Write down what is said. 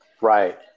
Right